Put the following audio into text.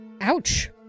Ouch